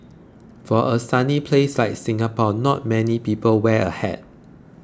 for a sunny place like Singapore not many people wear a hat